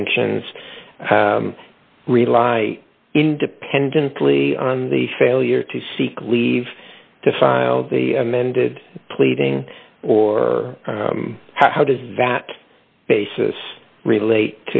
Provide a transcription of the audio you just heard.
sanctions rely independently on the failure to seek leave to file the amended pleading or how does that basis relate